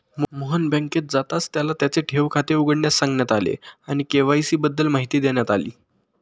मोहन बँकेत जाताच त्याला त्याचे ठेव खाते उघडण्यास सांगण्यात आले आणि के.वाय.सी बद्दल माहिती देण्यात आली